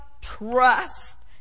trust